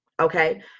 Okay